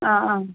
ആ അ